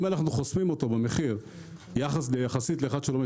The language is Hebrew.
חוסמים אותו במחיר ביחס לאחד שלומד